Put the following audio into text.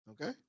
okay